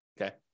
okay